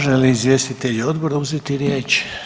Žele li izvjestitelji odbora uzeti riječ?